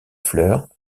fleurs